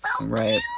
right